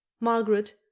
Margaret